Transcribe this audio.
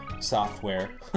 software